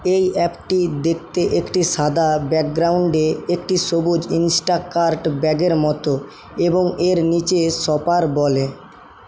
এই অ্যাপটি দেখতে একটি সাদা ব্যাকগ্রাউন্ডে একটি সবুজ ইন্সটাকার্ট ব্যাগের মতো এবং এর নিচে শপার বলে